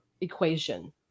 equation